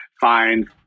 find